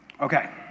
Okay